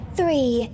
three